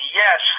yes